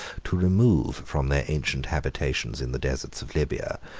to remove from their ancient habitations in the deserts of libya,